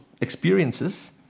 experiences